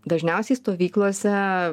dažniausiai stovyklose